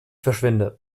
verschwinde